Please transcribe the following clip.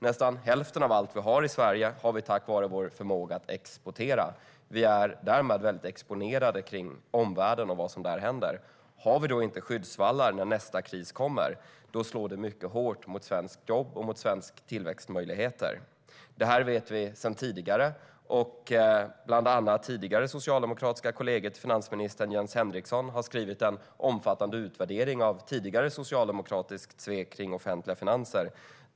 Nästan hälften av allt vi har i Sverige har vi tack vare vår förmåga att exportera. Vi är därmed väldigt exponerade för omvärlden och vad som där händer. Har vi då inte skyddsvallar när nästa kris kommer slår det mycket hårt mot svenska jobb och mot svenska tillväxtmöjligheter. Det här vet vi sedan tidigare. Den tidigare socialdemokratiska kollegan till finansministern, Jens Henriksson, har skrivit en omfattande utvärdering av tidigare socialdemokratiskt svek mot offentliga finanser.